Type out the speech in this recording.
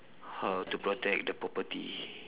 how to protect the property